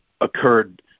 occurred